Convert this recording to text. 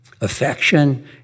affection